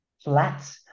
flat